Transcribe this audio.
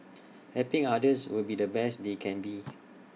helping others be the best they can be